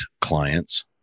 clients